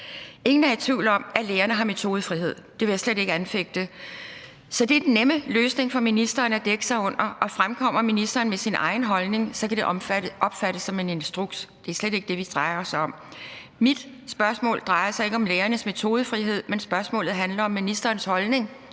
Ingen er i tvivl om, at lærerne har metodefrihed. Det vil jeg slet ikke anfægte. Så det er den nemme løsning for ministeren at dække sig ind under, at hvis ministeren fremkommer med sin egen holdning, kan det opfattes som en instruks. Det er slet ikke det, det drejer sig om. Mit spørgsmål drejer sig ikke om lærernes metodefrihed. Mit spørgsmål handler om ministerens holdning